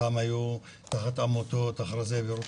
פעם היו תחת העמותות, אחרי זה העבירו